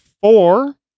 four